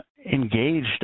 engaged